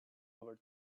over